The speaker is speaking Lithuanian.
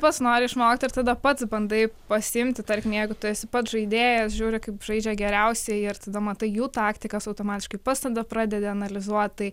pats nori išmokti ir tada pats bandai pasiimti tarkim jeigu tu esi pats žaidėjas žiūri kaip žaidžia geriausieji ir tada matai jų taktikas automatiškai pats tada pradedi analizuot tai